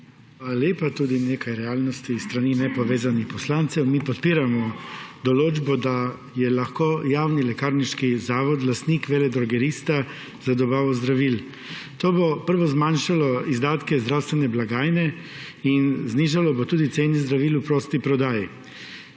lepa. Nekaj realnosti tudi s strani nepovezanih poslancev. Mi podiramo določbo, da je lahko javni lekarniški zavod lastnik veledrogerista za dobavo zdravil. To bo, prvič, zmanjšalo izdatke zdravstvene blagajne, in drugič, znižalo bo tudi cene zdravil v prosti prodaji.